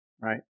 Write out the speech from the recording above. right